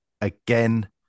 again